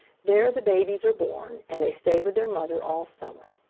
there the babies are born, and they stay with their mother all summer.